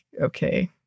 okay